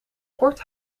kort